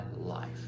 life